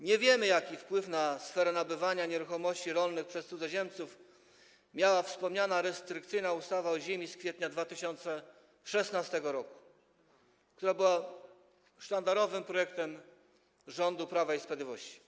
Nie wiemy, jaki wpływ na sferę nabywania nieruchomości rolnych przez cudzoziemców miała wspomniana restrykcyjna ustawa o ziemi z kwietnia 2016 r., która była sztandarowym projektem rządu Prawa i Sprawiedliwości.